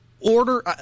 order